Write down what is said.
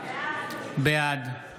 בעד אלעזר